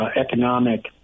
economic